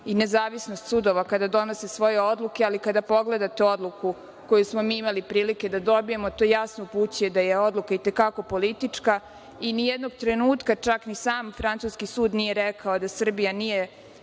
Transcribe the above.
i nezavisnost sudova kada donose svoje odluke, ali kada pogledate odluku koju smo mi imali prilike da dobijemo, a to jasno upućuje da je odluka i te kako politička i nijednog trenutka, čak ni sam francuski sud nije rekao da Srbija nije